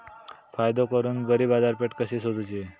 फायदो करून बरी बाजारपेठ कशी सोदुची?